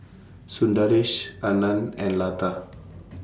Sundaresh Anand and Lata